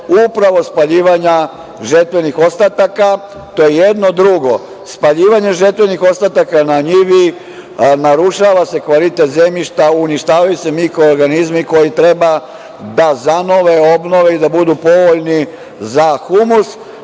upravo spaljivanja žetvenih ostataka, to je jedno. Drugo, spaljivanje žetvenih ostataka na njivi narušava se kvalitet zemljišta, uništavaju se mikroorganizmi koji treba da zanove, obnove i da budu povoljni za humus,